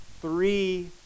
three